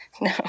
no